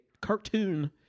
cartoon